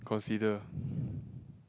consider